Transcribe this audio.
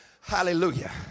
hallelujah